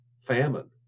famine